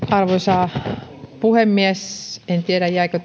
arvoisa puhemies en tiedä jäikö